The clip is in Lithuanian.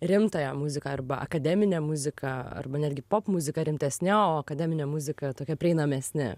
rimtąją muziką arba akademinę muziką arba netgi popmuziką rimtesne o akademinę muziką tokia prieinamesne